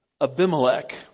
Abimelech